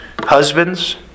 husbands